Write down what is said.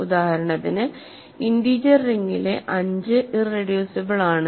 ഉദാഹരണത്തിന് ഇന്റീജർ റിങ്ങിലെ 5 ഇറെഡ്യൂസിബിൾ ആണ്